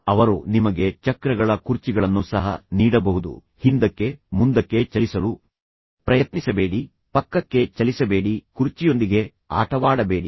ಅವರು ನಿಮಗೆ ಚಕ್ರಗಳ ಕುರ್ಚಿಗಳನ್ನು ಸಹ ನೀಡಬಹುದು ಹಿಂದಕ್ಕೆ ಮುಂದಕ್ಕೆ ಚಲಿಸಲು ಪ್ರಯತ್ನಿಸಬೇಡಿ ಪಕ್ಕಕ್ಕೆ ಚಲಿಸಬೇಡಿ ಕುರ್ಚಿಯೊಂದಿಗೆ ಆಟವಾಡಬೇಡಿ